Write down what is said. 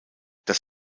das